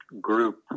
group